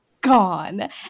gone